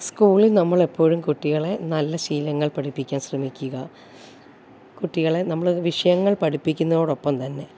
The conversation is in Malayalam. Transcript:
സ്കൂളിൽ നമ്മളെപ്പോഴും കുട്ടികളെ നല്ല ശീലങ്ങൾ പഠിപ്പിക്കാൻ ശ്രമിക്കുക കുട്ടികളെ നമ്മൾ വിഷയങ്ങൾ പഠിപ്പിക്കുന്നതോടൊപ്പം തന്നെ